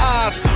eyes